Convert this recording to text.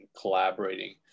collaborating